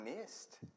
missed